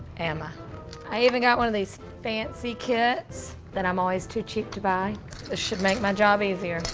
am i? i even got one of these fancy kits, that i'm always too cheap to buy. this should make my job easier.